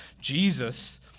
Jesus